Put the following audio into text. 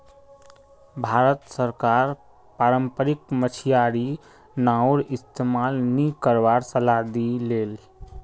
भारत सरकार पारम्परिक मछियारी नाउर इस्तमाल नी करवार सलाह दी ले